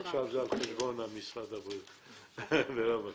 עכשיו זה על חשבון משרד הבריאות בלאו הכי.